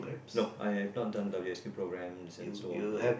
nope I've not done W_S_Q programs and so on yet